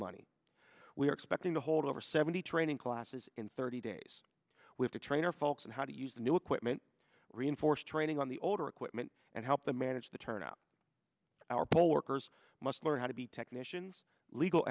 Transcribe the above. money we are expecting to hold over seventy training classes in thirty days with a trainer folks and how to use the new equipment reinforce training on the older equipment and help them manage the turnout our poll workers must learn how to be technicians legal